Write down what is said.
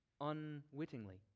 unwittingly